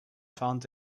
found